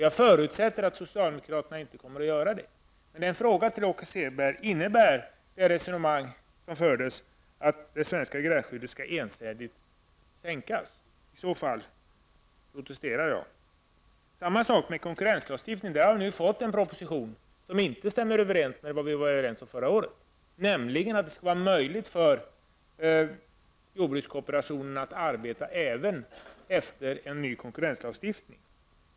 Jag förutsätter att socialdemokraterna inte kommer att göra det. Det är en fråga till Åke Selberg: Innebär det resonemang som förts att det svenska gränsskyddet ensidigt skall sänkas? I så fall protesterar jag. Samma sak gäller konkurrenslagstiftningen. Där har vi nu fått en proposition som inte stämmer överens med vad vi var överens om förra året, nämligen att det skall vara möjligt för jordbrukskooperationen att arbeta även efter en ny konkurrenslagstiftning.